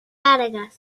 cargas